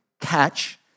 catch